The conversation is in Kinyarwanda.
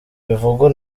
bivugwa